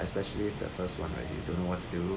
especially the first one right you don't know what to do